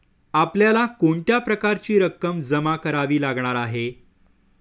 आपल्याला कोणत्या प्रकारची रक्कम जमा करावी लागणार आहे?